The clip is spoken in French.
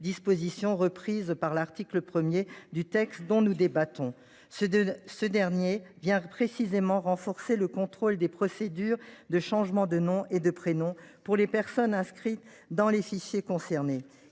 disposition, reprise à l’article 1 du texte dont nous débattons. L’article 1 vient en effet plus précisément renforcer le contrôle des procédures de changement de nom et de prénom pour les personnes inscrites aux fichiers concernés.